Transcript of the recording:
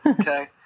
okay